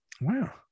Wow